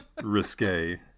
risque